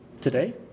Today